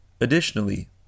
Additionally